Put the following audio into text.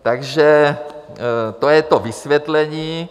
Takže to je to vysvětlení.